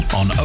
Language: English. on